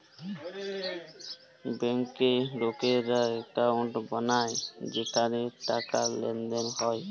ব্যাংকে লকেরা একউন্ট বালায় যেখালে টাকার লেনদেল হ্যয়